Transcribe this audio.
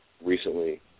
recently